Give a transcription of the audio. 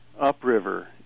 upriver